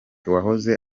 wahoze